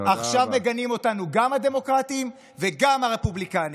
עכשיו מגנים אותנו גם הדמוקרטים וגם הרפובליקנים.